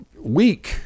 weak